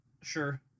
Sure